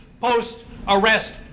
post-arrest